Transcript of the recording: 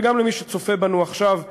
וגם למי שצופה בנו עכשיו מרחוק,